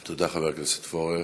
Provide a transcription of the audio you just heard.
תודה, חבר הכנסת פורר.